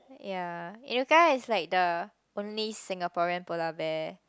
ya Inuka is like the only Singaporean polar bear